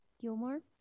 Gilmore